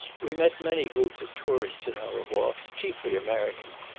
we met many groups of tourists in our walks, chiefly american,